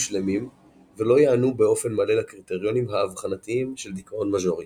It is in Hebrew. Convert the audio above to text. שלמים ולא יענו באופן מלא לקריטריונים האבחנתיים של דיכאון מז'ורי.